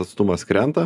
atstumas krenta